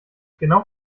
genau